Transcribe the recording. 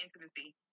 intimacy